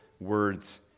words